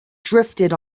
drifted